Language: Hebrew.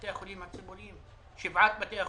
בתי החולים הציבוריים, שבעת בתי החולים: